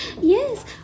yes